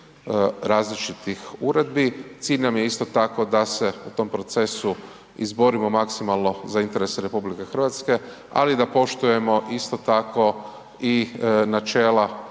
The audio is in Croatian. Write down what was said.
različitih uredbi. Cilj nam je isto tako da se u tom procesu izborimo maksimalno za interes RH, ali da poštujemo isto tako i načela